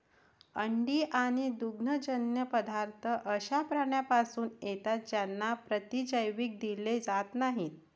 अंडी आणि दुग्धजन्य पदार्थ अशा प्राण्यांपासून येतात ज्यांना प्रतिजैविक दिले जात नाहीत